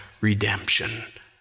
redemption